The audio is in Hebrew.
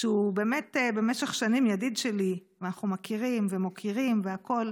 שהוא באמת ידיד שלי במשך שנים ואנחנו מכירים ומוקירים והכול,